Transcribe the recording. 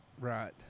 Right